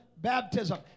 baptism